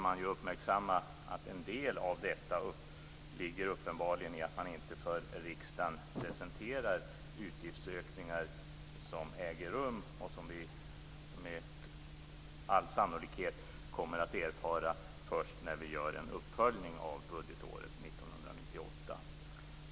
Man bör uppmärksamma att en del av detta uppenbarligen ligger i att man inte för riksdagen presenterar utgiftsökningar som äger rum och som vi med all sannolikhet kommer att erfara först när vi gör en uppföljning av budgetåret 1998.